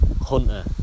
hunter